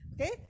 Okay